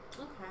Okay